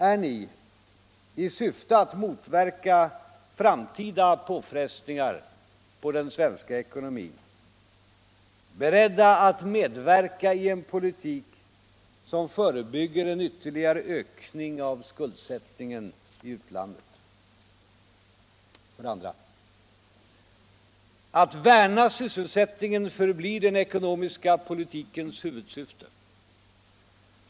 Är ni — i syfte att motverka framtida påfrestningar på den svenska ekonomin — beredda att medverka i en politik som förebygger en ytterligare ökning av skuldsättningen i utlandet? 2. Att värna sysselsättningen förblir den ekonomiska politikens huvudsyfte.